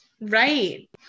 right